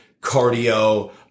cardio